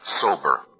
sober